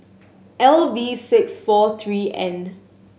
L V six four three N